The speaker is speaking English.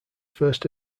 first